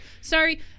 Sorry